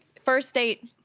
first date,